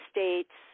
States